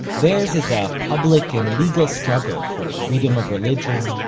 theirs is a public and legal struggle for freedom of religion,